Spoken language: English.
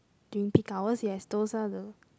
during peak hours yes those are the